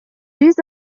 биз